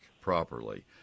properly